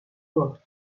tot